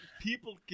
people